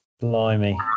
Blimey